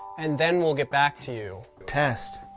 and then we'll get back to you. tests?